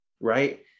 right